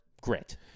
grit